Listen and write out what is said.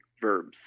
verbs